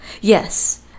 Yes